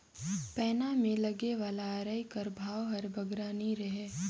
पैना मे लगे वाला अरई कर भाव हर बगरा नी रहें